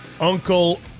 Uncle